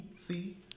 See